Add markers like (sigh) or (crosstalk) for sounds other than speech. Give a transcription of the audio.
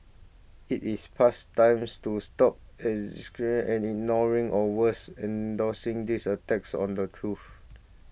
it is past times to stop as (unintelligible) and ignoring or worse endorsing these attacks on the truth